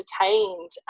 entertained